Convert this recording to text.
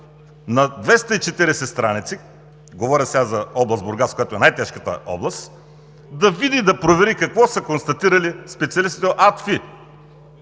над 240 страници – говоря сега за област Бургас, която е най-тежката област, да види, да провери какво са констатирали специалистите от АДФИ.